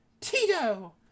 tito